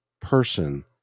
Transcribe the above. person